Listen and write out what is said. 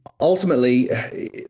ultimately